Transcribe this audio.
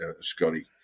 Scotty